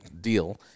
deal